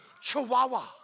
chihuahua